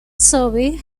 survey